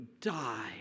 die